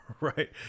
right